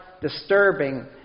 disturbing